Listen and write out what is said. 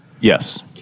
Yes